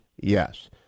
yes